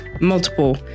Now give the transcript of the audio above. multiple